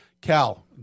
Cal